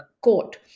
court